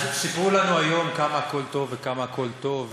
אז סיפרו לנו היום כמה הכול טוב וכמה הכול טוב,